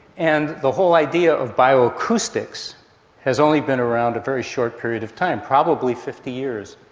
and the whole idea of bio-acoustics has only been around a very short period of time, probably fifty years,